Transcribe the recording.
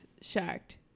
shocked